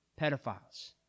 pedophiles